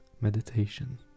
meditation